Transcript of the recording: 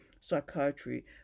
psychiatry